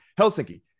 Helsinki